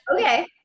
Okay